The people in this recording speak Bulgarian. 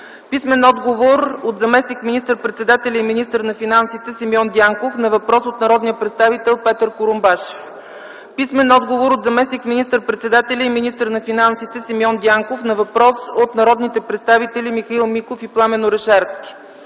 писмен отговор от заместник министър-председателя и министър на финансите Симеон Дянков на въпрос от народния представител Петър Курумбашев; - писмен отговор от заместник министър-председателя и министър на финансите Симеон Дянков на въпрос от народните представители Михаил Миков и Пламен Орешарски;